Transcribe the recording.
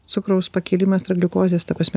cukraus pakilimas ar gliukozės ta prasme